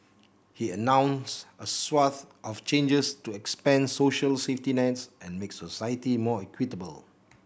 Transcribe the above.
he announced a swathe of changes to expand social safety nets and make society more equitable